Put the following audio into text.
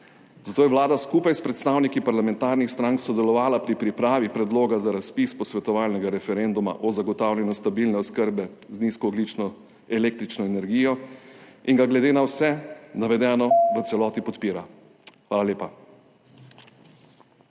Zato je vlada skupaj s predstavniki parlamentarnih strank sodelovala pri pripravi Predloga za razpis posvetovalnega referenduma o zagotavljanju stabilne oskrbe z nizkoogljično električno energijo in ga glede na vse navedeno v celoti podpira. Hvala lepa.